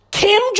Kim